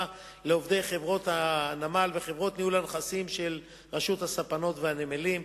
לעובדי חברות הנמל וחברת ניהול הנכסים של רשות הספנות והנמלים.